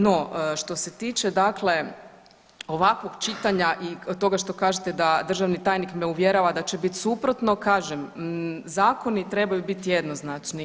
No, što se tiče dakle ovakvog čitanja i toga što kažete da državni tajnik me uvjerava da će biti suprotno kažem zakoni trebaju biti jednoznačni.